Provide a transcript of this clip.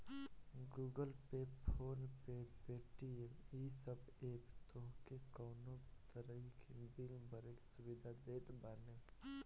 Google Pay, PhonePe, Paytm इ सब app तोहके कवनो भी तरही के बिल भरे के सुविधा देत बाने